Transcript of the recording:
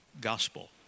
gospel